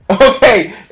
okay